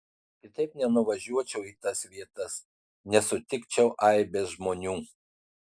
kitaip nenuvažiuočiau į tas vietas nesusitikčiau aibės žmonių